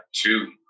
two